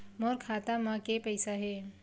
मोर खाता म के पईसा हे?